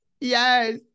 yes